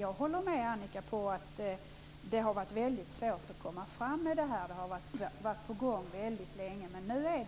Jag håller med Annika Nordgren om att det har varit väldigt svårt att komma fram med detta. Det har varit på gång väldigt länge, men nu har